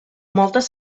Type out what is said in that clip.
moltes